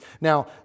Now